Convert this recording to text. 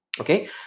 Okay